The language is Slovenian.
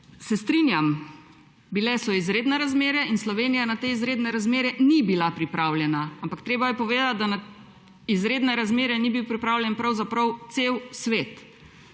Se strinjam, bile so izredne razmere in Slovenija na te izredne razmere ni bila pripravljena. Ampak treba je povedati, da na izredne razmere ni bil pripravljen pravzaprav cel svet.